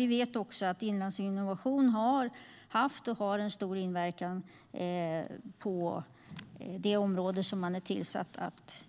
Och vi vet att Inlandsinnovation har haft och har stor inverkan på det område som man är tillsatt att